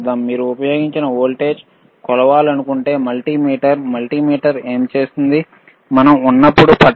మీరు ఉపయోగించి వోల్టేజ్ కొలవాలనుకుంటే మల్టీమీటర్ మల్టీమీటర్ ఏమి చూపిస్తుందో చూద్దాం